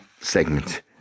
segment